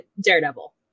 daredevil